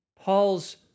Paul's